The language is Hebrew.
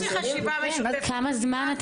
אני